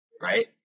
right